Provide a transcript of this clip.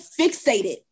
fixated